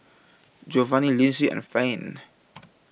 Jovanni Lindsay and Finn